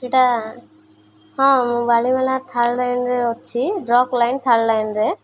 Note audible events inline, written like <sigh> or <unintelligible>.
ସେଟା ହଁ ମୁଁ ବାଲିମେଳାରେ ଥାର୍ଡ଼ ଲାଇନ୍ରେ ଅଛି <unintelligible> ଲାଇନ୍ ଥାର୍ଡ଼ ଲାଇନ୍ରେ